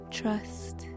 trust